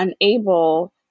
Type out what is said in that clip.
unable